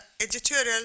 editorial